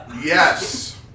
Yes